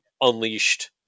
unleashed